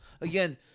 Again